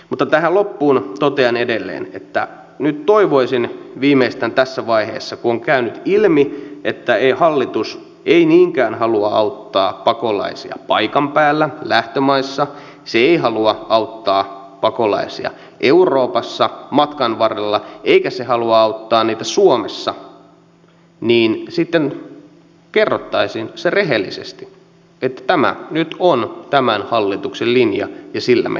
mutta tähän loppuun totean edelleen että nyt toivoisin viimeistään tässä vaiheessa kun on käynyt ilmi että hallitus ei niinkään halua auttaa pakolaisia paikan päällä lähtömaissa se ei halua auttaa pakolaisia euroopassa matkan varrella eikä se halua auttaa heitä suomessa että sitten kerrottaisiin se rehellisesti että tämä nyt on tämän hallituksen linja ja sillä mennään